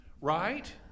right